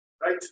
right